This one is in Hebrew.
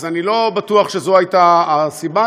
אז אני לא בטוח שזו הייתה הסיבה,